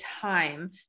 time